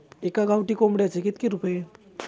एका गावठी कोंबड्याचे कितके रुपये?